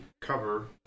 cover